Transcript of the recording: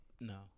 No